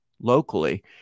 locally